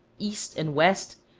east, and west,